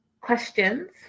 questions